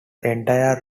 entire